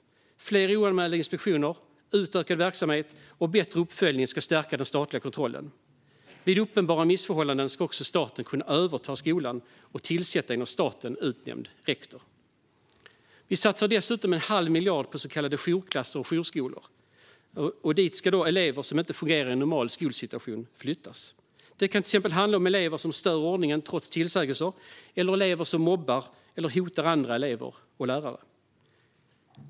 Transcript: Fler oanmälda inspektioner, utökad verksamhet och bättre uppföljning ska stärka den statliga kontrollen. Vid uppenbara missförhållanden ska också staten kunna överta skolan och tillsätta en av staten utnämnd rektor. Vi satsar dessutom en halv miljard på så kallade jourklasser och jourskolor. Dit ska elever som inte fungerar i en normal skolsituation flyttas. Det kan till exempel handla om elever som stör ordningen trots tillsägelser eller elever som mobbar eller hotar andra elever och lärare.